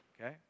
Okay